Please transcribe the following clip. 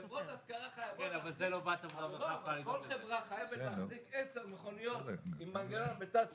חברות ההשכרה חייבות להחזיק 10 מכוניות עם מנגנון בצד שמאל.